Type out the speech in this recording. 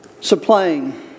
supplying